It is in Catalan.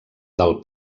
del